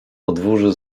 podwórzu